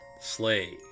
sleigh